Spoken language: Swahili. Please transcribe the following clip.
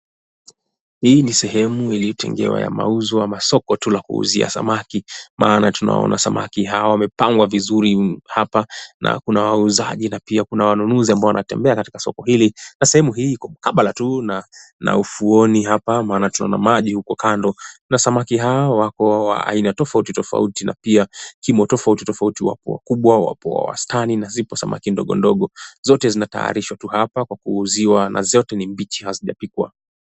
Hii ni sehemu iliyotengewa ya mauzo ya masoko tu la kuuzia samaki. Maana tunaona samaki hawa wamepangwa vizuri hapa na kuna wauzaji na pia kuna wanunuzi ambao wanatembea katika soko hili. Na sehemu hii iko mkabala tu na na ufuoni hapa maana tunaona maji huko kando. Na samaki hawa wako wa aina tofauti tofauti na pia kimo tofauti tofauti wapo wakubwa wapo wa wastani na zipo samaki ndogo ndogo. Zote zinataarishwa tu hapa kwa kuuziwa na zote ni mbichi hazijapikwa.